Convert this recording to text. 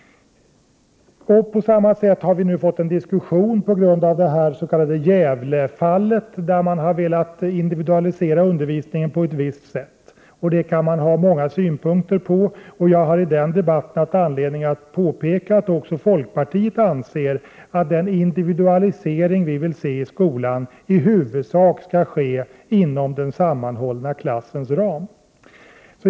Likaså har vi nu fått en diskussion på grund av det s.k. Gävlefallet, där man har velat individualisera undervisningen på ett visst sätt. Detta kan man ha många synpunkter på, och jag har i den debatten haft anledning påpeka att också folkpartiet anser att den individualisering vi vill se i skolan i huvudsak skall ske inom den sammanhållna klassens ram.